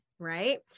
right